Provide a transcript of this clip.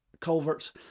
Culverts